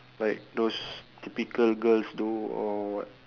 like those typical girls do or what